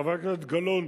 חברת הכנסת גלאון,